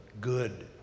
good